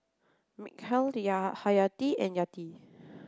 Mikhail Hayati and Yati